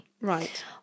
right